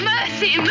Mercy